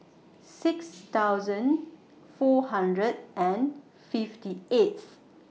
six thousand four hundred and fifty eighth